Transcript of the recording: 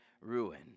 ruin